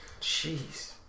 jeez